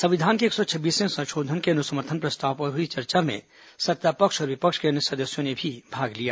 संविधान के एक सौ छब्बीसवें संशोधन के अनुसमर्थन प्रस्ताव पर हुई चर्चा में सत्ता पक्ष और विपक्ष के अन्य सदस्यों ने भी भाग लिया